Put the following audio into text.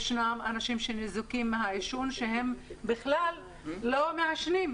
יש אנשים שניזוקים מהעישון והם בכלל לא מעשנים.